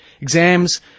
Exams